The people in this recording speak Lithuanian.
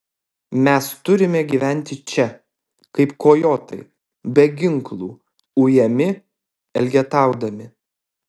mes turime gyventi čia kaip kojotai be ginklų ujami elgetaudami